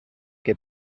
que